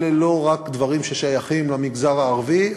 אלה לא דברים ששייכים רק למגזר הערבי,